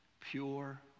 pure